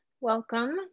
welcome